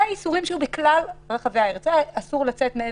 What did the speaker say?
אלה האיסורים שהיו בכלל רחבי הארץ בשיא המגפה למשל שאסור לצאת יותר